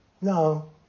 no